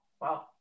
wow